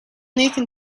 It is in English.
nathan